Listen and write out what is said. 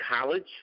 college